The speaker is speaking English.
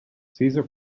caesar